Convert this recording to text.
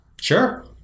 sure